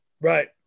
Right